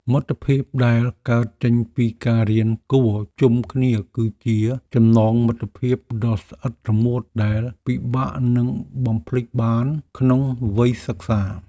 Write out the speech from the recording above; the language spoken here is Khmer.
មិត្តភាពដែលកើតចេញពីការរៀនគួរជុំគ្នាគឺជាចំណងមិត្តភាពដ៏ស្អិតរមួតដែលពិបាកនឹងបំភ្លេចបានក្នុងវ័យសិក្សា។